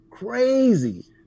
Crazy